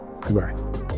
Goodbye